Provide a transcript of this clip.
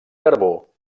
carbó